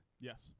Yes